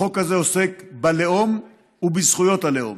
החוק הזה עוסק בלאום ובזכויות הלאום,